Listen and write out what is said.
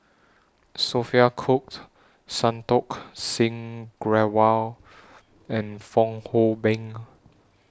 Sophia Cooke Santokh Singh Grewal and Fong Hoe Beng